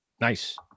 Nice